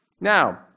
Now